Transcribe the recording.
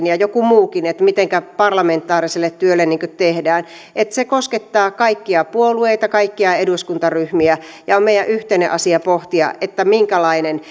ja joku muukin peräsikin mitä parlamentaariselle työlle tehdään se koskettaa kaikkia puolueita kaikkia eduskuntaryhmiä ja on meidän yhteinen asia pohtia minkälainen